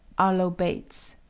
arlo bates,